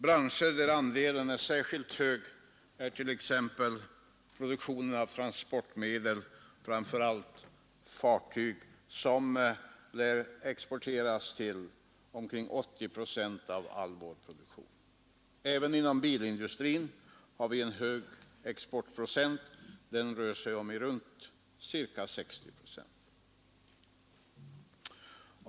Branscher där andelen är särskilt stor är t.ex. produktionen av transportmedel, framför allt av fartyg, som lär exporteras till omkring 80 procent av hela produktionen. Även inom bilindustrin har vi en hög exportprocent — den rör sig om ca 60 procent.